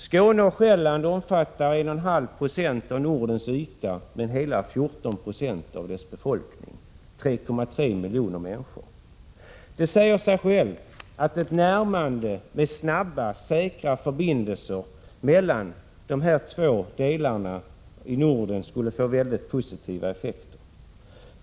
Skåne och Själland omfattar 1,5 26 av Nordens yta, men hela 14 90 av dess befolkning — 3,3 miljoner människor. Det säger sig självt att ett närmande med snabba, säkra förbindelser mellan de här två delarna av Norden skulle få mycket positiva effekter.